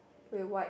with white